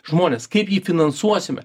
žmones kaip jį finansuosime